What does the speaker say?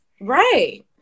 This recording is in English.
Right